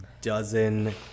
dozen